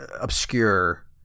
obscure